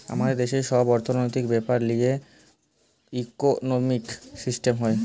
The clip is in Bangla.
আমাদের দেশের সব অর্থনৈতিক বেপার লিয়ে ইকোনোমিক সিস্টেম হয়